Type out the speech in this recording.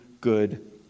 good